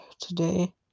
today